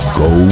go